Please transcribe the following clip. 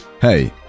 Hey